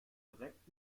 direkt